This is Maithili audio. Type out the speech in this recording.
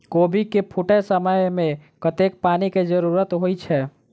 कोबी केँ फूटे समय मे कतेक पानि केँ जरूरत होइ छै?